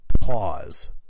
pause